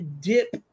dip